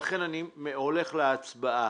לכן אני הולך להצבעה.